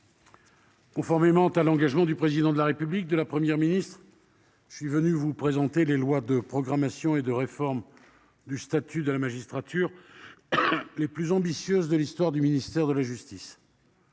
Conformément à l'engagement du Président de la République et de la Première ministre, je viens vous présenter les projets de loi de programmation et de réforme du statut de la magistrature les plus ambitieux de l'histoire du ministère de la justice.